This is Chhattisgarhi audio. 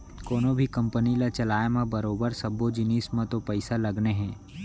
कोनों भी कंपनी ल चलाय म बरोबर सब्बो जिनिस म तो पइसा लगने हे